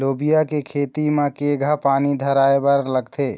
लोबिया के खेती म केघा पानी धराएबर लागथे?